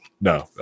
No